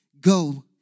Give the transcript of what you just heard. go